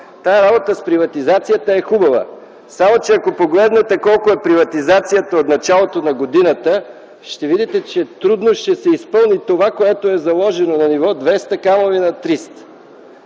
тази работа с приватизацията е хубава, само че ако погледнете колко е приватизацията от началото на годината, ще видите, че трудно ще се изпълни това, което е заложено на ниво 200, камо ли на 300.